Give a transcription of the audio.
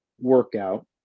workout